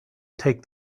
take